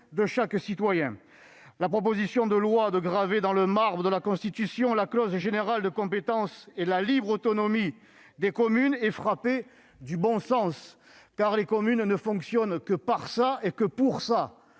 de chaque citoyen. La proposition de loi qui vise à graver dans le marbre de la Constitution la clause générale de compétence et la libre autonomie des communes est frappée au coin du bon sens, car les communes ne fonctionnent que par et pour